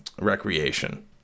recreation